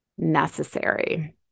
Necessary